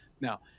Now